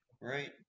Right